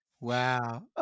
Wow